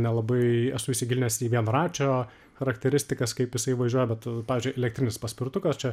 nelabai esu įsigilinęs į vienračio charakteristikas kaip jisai važiuoja bet pavyzdžiui elektrinis paspirtukas čia